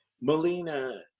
Melina